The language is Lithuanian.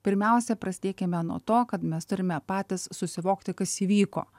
pirmiausia prasidėkime nuo to kad mes turime patys susivokti kas įvyko